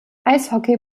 eishockey